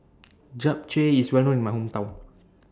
Japchae IS Well known in My Hometown